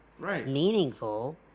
meaningful